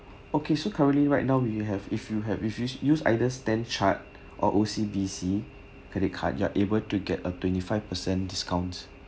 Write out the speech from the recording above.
okay so currently right now we have if you have if you use either StanChart or O_C_B_C credit card you are able to get a twenty-five percent discounts